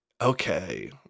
okay